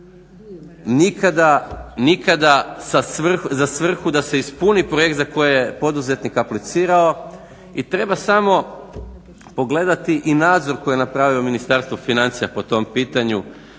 nikada za svrhu da se ispuni projekt za koje poduzetnik aplicirao i treba samo pogledati i nadzor koji je napravilo Ministarstvo financija po tom pitanju,